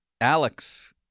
Alex